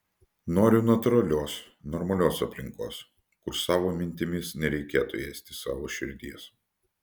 noriu natūralios normalios aplinkos kur savo mintimis nereikėtų ėsti savo širdies